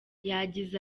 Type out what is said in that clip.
yagize